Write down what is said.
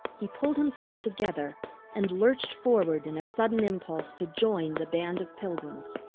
he pulled himself together and lurched forward in a sudden impulse to join the band of pilgrims.